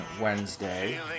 Wednesday